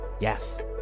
Yes